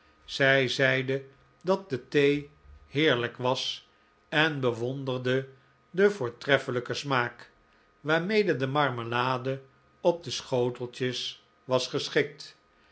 zij zeide dat de thee heerlijk was en bewonderde den voortreffelijken smaak waarmede de marmelade op de schoteltjes was geschikt